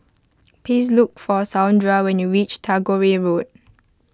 please look for Saundra when you reach Tagore Road